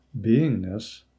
beingness